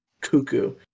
cuckoo